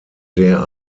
der